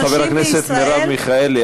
חברת הכנסת מירב מיכאלי,